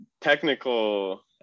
technical